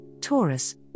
Taurus